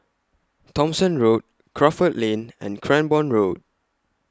Thomson Road Crawford Lane and Cranborne Road